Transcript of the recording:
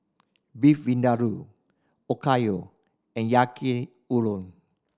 Beef Vindaloo Okayu and Yaki Udon